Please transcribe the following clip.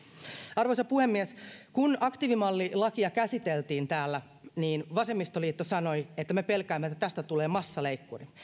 arvoisa puhemies kun aktiivimallilakia käsiteltiin täällä niin vasemmistoliitto sanoi että me pelkäämme että tästä tulee massaleikkuri